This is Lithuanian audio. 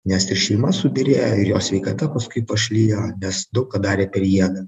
nes ir šeima subyrėjo ir jo sveikata paskui pašlijo nes daug ką darė per jėgą